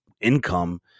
income